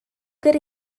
good